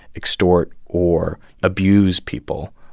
extort or abuse people.